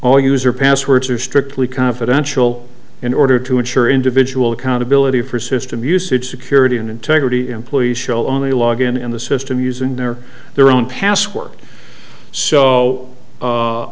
all user passwords are strictly confidential in order to ensure individual accountability for system usage security and integrity employees show only logon in the system using their their own password s